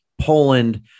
Poland